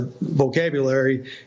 vocabulary